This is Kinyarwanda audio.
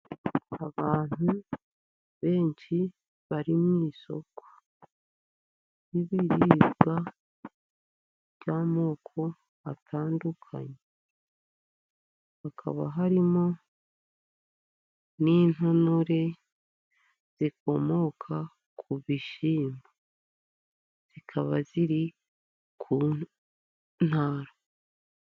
Abantu benshi bari mu isoko ry'ibiribwa by'amoko atandukanye, hakaba harimo n'intonore zikomoka ku bishyimbo, zikaba ziri ku ntara.